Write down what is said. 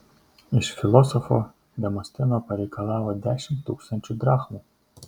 iš filosofo demosteno pareikalavo dešimt tūkstančių drachmų